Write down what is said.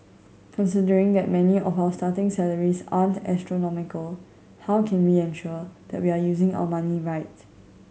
considering that many of our starting salaries aren't astronomical how can we ensure that we are using our money right